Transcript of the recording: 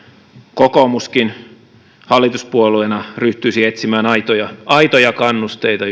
kokoomuskin hallituspuolueena ryhtyisi etsimään aitoja aitoja kannusteita